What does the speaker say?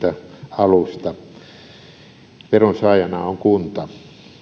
alusta veron saajana on kunta